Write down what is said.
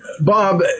Bob